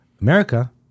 America